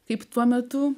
kaip tuo metu